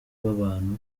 w’abantu